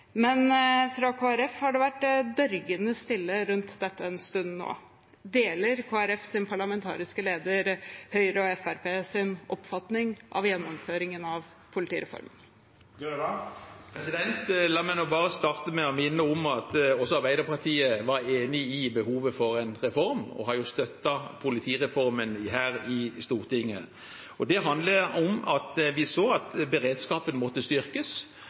Men fra Kristelig Folkeparti har det vært dørgende stille rundt dette en stund nå. Deler Kristelig Folkepartis parlamentariske leder Høyre og Fremskrittspartiets oppfatning av gjennomføringen av politireformen? La meg bare starte med å minne om at også Arbeiderpartiet var enig i behovet for en reform, og har støttet politireformen her i Stortinget. Det handlet om at vi så at beredskapen måtte styrkes,